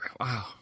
wow